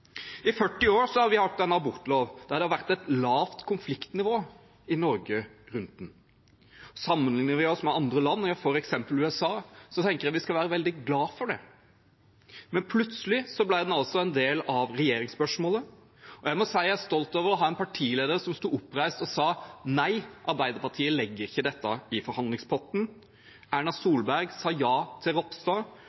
I 40 år har vi hatt en abortlov i Norge som det har vært et lavt konfliktnivå rundt. Sammenligner vi oss med andre land, f.eks. USA, tenker jeg vi skal være veldig glade for det. Men plutselig ble den en del av regjeringsspørsmålet. Jeg må si jeg er stolt over å ha en partileder som sto oppreist og sa: Nei, Arbeiderpartiet legger ikke dette i forhandlingspotten. Erna